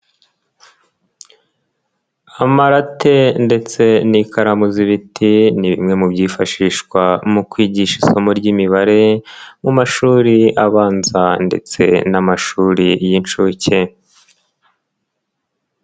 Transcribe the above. Amarate ndetse n'ikaramu z'ibiti ni bimwe mu byifashishwa mu kwigisha isomo ry'imibare, mu mashuri abanza ndetse n'amashuri y'inshuke.